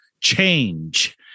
change